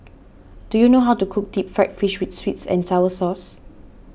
do you know how to cook Deep Fried Fish with Sweet and Sour Sauce